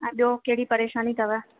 ऐं ॿियो कहिड़ी परेशानी अथव